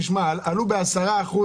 שמחירי הדיור עלו כמעט ב-10%?